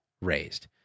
raised